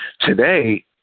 Today